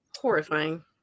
Horrifying